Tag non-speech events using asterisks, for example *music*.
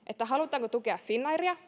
halutaanko tukea finnairia *unintelligible*